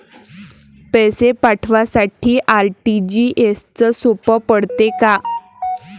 पैसे पाठवासाठी आर.टी.जी.एसचं सोप पडते का?